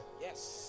Yes